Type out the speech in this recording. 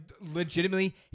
legitimately